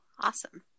awesome